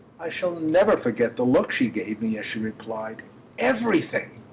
i shall never forget the look she gave me as she replied everything!